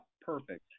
Perfect